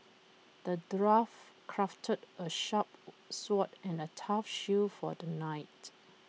the dwarf crafted A sharp sword and A tough shield for the knight